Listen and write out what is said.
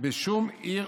בשום עיר